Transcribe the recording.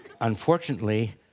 Unfortunately